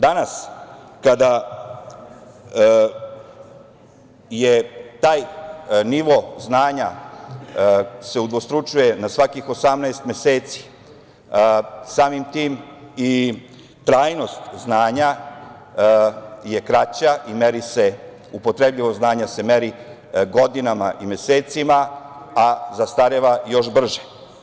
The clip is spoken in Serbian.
Danas kada se taj nivo znanja se udvostručuje na svakih 18 meseci, samim tim i trajnost znanja je kraća i upotrebljivost znanja se meri godinama i mesecima, a zastareva još brže.